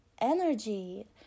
energy